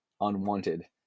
unwanted